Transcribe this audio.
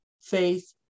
faith